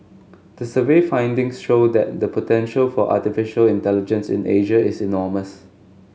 the survey findings show that the potential for artificial intelligence in Asia is enormous